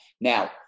Now